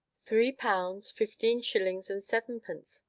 three pounds, fifteen shillings, and sevenpence.